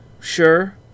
sure